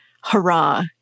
hurrah